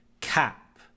cap